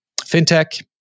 fintech